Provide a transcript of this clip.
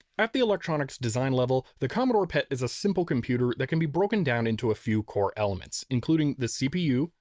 at the electronics design level the commodore pet is a simple computer that can be broken down into a few core elements including the cpu,